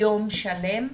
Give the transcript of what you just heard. יום שלם,